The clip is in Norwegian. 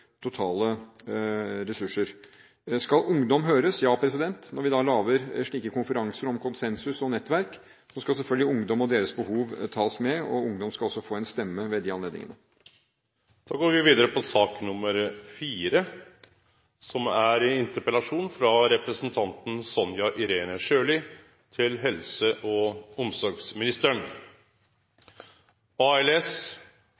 totale ressurser. Skal ungdom høres? Ja, når vi lager slike konferanser om konsensus og nettverk, skal selvfølgelig ungdom og deres behov tas med. Ungdom skal også få en stemme ved de anledningene. Sak nr. 3 er dermed ferdigbehandlet. Amyotrofisk lateral sklerose, heretter forkortet til ALS, er en svært alvorlig og uhelbredelig sykdom. Det skjer en gradvis svekkelse og et gradvis tap av nerveceller som har til